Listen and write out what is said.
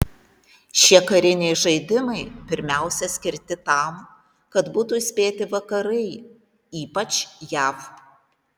šie kariniai žaidimai pirmiausia skirti tam kad būtų įspėti vakarai ypač jav